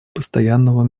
постоянного